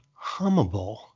hummable